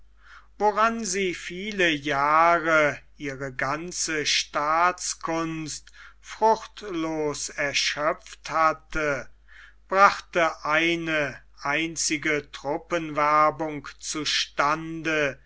woran sie viele jahre ihre ganze staatskunst fruchtlos erschöpft hatte brachte eine einzige